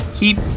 Keep